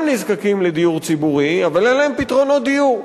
נזקקים לדיור ציבורי אבל אין להם פתרונות דיור.